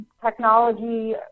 technology